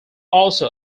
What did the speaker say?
also